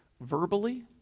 verbally